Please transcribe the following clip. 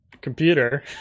computer